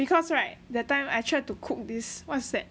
because right that time I tried to cook this what's that